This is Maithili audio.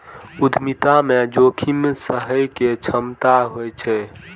उद्यमिता मे जोखिम सहय के क्षमता होइ छै